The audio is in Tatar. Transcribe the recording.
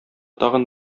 тагын